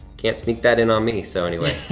can't sneak that in on me. so anyway,